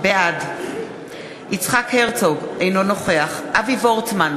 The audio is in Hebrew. בעד יצחק הרצוג, אינו נוכח אבי וורצמן,